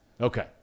Okay